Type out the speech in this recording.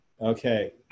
Okay